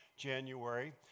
January